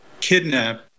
kidnap